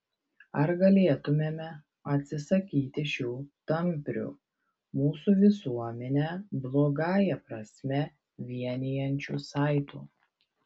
ar galėtumėme atsisakyti šių tamprių mūsų visuomenę blogąją prasme vienijančių saitų